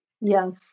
Yes